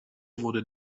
wurde